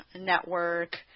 network